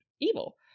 evil